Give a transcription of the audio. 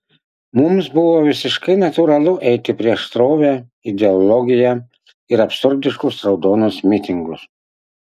mums buvo visiškai natūralu eiti prieš srovę ideologiją ir absurdiškus raudonus mitingus